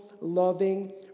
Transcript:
loving